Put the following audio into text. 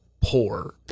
Poor